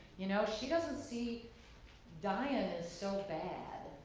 you know, she doesn't see dying as so bad.